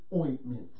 ointment